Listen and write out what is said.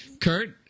Kurt